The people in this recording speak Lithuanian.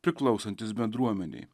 priklausantis bendruomenei